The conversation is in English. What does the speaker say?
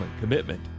commitment